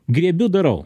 griebiu darau